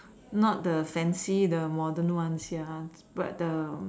not the fancy the modern ones ya but the